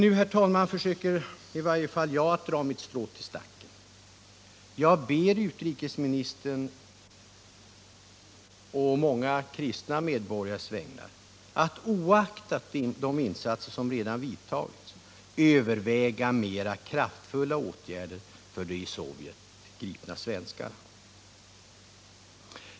I det läget vill jag försöka att dra mitt strå till stacken. Jag ber utrikesministern på många kristna medborgares vägnar att oaktat de insatser som redan vidtagits överväga mer kraftfulla åtgärder för de i Sovjet gripna svenskarna.